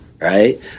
right